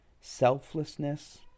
selflessness